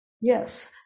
yes